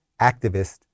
activist